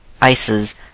ices